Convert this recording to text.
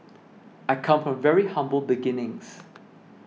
I come from very humble beginnings